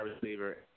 receiver